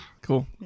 Cool